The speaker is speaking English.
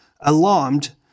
Alarmed